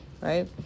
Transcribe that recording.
right